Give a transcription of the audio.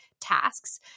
tasks